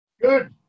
Good